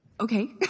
Okay